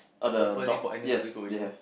or the dog yes they have